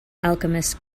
alchemist